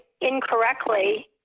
incorrectly